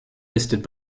listed